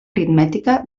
aritmètica